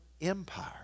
Empire